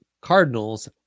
Cardinals